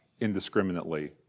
indiscriminately